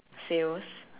sales